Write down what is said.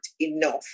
enough